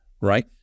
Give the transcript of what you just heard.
right